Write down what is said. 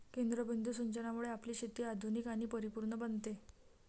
केंद्रबिंदू सिंचनामुळे आपली शेती आधुनिक आणि परिपूर्ण बनते